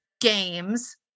games